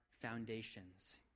foundations